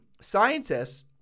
scientists –